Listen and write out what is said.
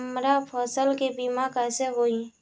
हमरा फसल के बीमा कैसे होई?